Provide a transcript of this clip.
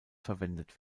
verwendet